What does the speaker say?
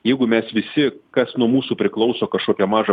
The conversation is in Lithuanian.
jeigu mes visi kas nuo mūsų priklauso kažkokią mažą